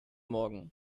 morgen